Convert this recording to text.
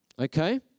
okay